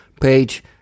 page